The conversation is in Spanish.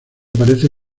parece